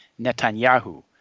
Netanyahu